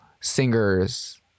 singers